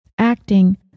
Acting